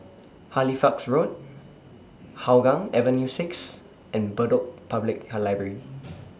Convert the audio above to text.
Halifax Road Hougang Avenue six and Bedok Public Library